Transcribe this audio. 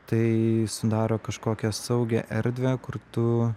tai sudaro kažkokią saugią erdvę kur tu